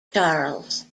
charles